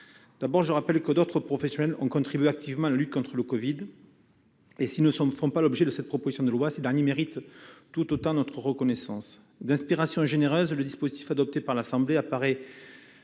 Je rappelle que d'autres professionnels ont contribué activement à la lutte contre le Covid-19. Bien qu'ils ne soient pas visés par cette proposition de loi, ils méritent tout autant notre reconnaissance. D'inspiration généreuse, le dispositif adopté par l'Assemblée nationale